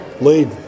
lead